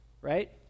right